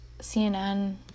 CNN